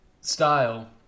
style